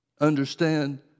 understand